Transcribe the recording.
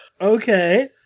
Okay